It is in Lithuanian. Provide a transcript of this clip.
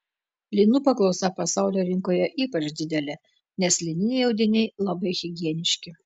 linų paklausa pasaulio rinkoje ypač didelė nes lininiai audiniai labai higieniški